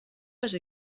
les